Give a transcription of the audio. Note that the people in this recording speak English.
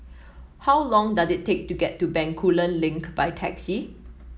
how long does it take to get to Bencoolen Link by taxi